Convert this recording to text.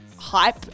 Hype